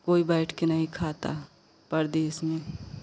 कोई बैठ कर नहीं खाता है परदेश में